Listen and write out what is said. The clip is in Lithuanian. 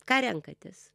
ką renkatės